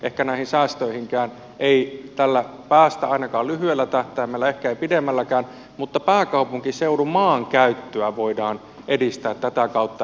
ehkä näihin säästöihinkään ei tällä päästä ainakaan lyhyellä tähtäimellä ehkä ei pidemmälläkään mutta pääkaupunkiseudun maankäyttöä voidaan edistää tätä kautta